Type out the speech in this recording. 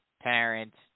parents